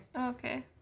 okay